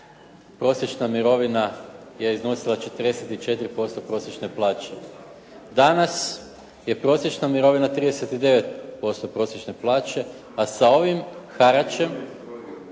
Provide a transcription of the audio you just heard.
prosječna mirovina je iznosila 44% prosječne plaće. Danas je prosječna mirovina 39% prosječne plaće, a sa ovim haračem